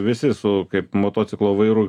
visi su kaip motociklo vairu